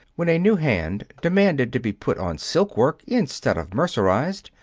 when a new hand demanded to be put on silk-work instead of mercerized,